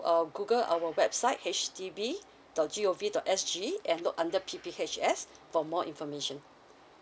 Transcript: uh google our website H D B dot G O V dot S G and look under P_P_H_S for more information